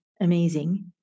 amazing